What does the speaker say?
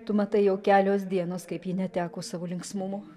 tu matai jau kelios dienos kaip ji neteko savo linksmumo